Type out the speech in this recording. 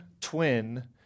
twin